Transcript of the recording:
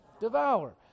Devour